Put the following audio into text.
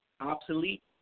obsolete